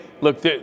look